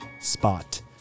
spot